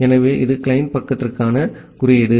ஆகவே இது கிளையன்ட் பக்கத்திற்கான குறியீடு